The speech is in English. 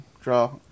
draw